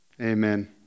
amen